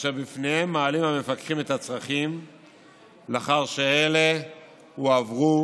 אשר בפניהם מעלים המפקחים את הצרכים לאחר שאלה הועברו